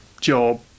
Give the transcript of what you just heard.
job